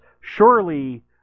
Surely